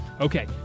okay